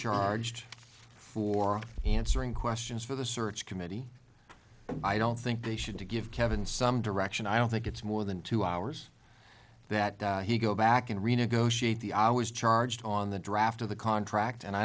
charged for answering questions for the search committee i don't think they should to give kevin some direction i don't think it's more than two hours that he go back and renegotiate the i was charged on the draft of the contract and i